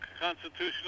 Constitutional